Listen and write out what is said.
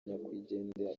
nyakwigendera